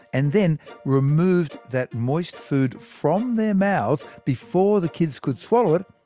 and then removed that moist food from their mouths before the kids could swallow it,